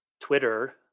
Twitter